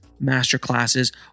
masterclasses